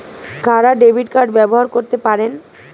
কারা debit card ব্যবহার করতে পারেন?